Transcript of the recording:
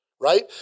right